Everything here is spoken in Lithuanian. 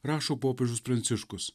rašo popiežius pranciškus